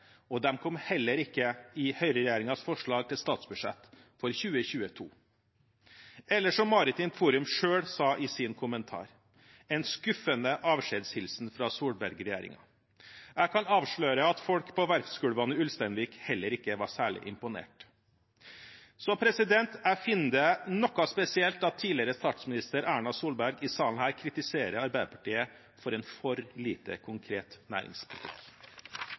og de kom heller ikke i høyreregjeringens forslag til statsbudsjett for 2022. Eller som Maritimt Forum selv sa i sin kommentar: «Skuffende avskjedshilsen fra Solberg-regjeringen». Jeg kan avsløre at folk på verftsgulvene i Ulsteinvik heller ikke var særlig imponert. Så jeg finner det noe spesielt at tidligere statsminister Erna Solberg i salen her kritiserer Arbeiderpartiet for en for lite konkret næringspolitikk.